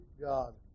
God